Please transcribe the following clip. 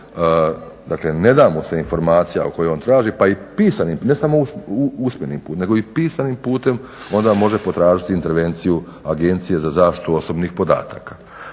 dakle ne da mu se informacija koju on traži pa i pisanim ne samo usmenim putem nego i pisanim putem, onda može potražiti intervenciju Agencije za zaštitu osobnih podataka.